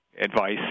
advice